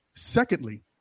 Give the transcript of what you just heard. Secondly